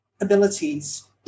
abilities